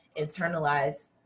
internalize